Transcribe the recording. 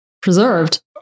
preserved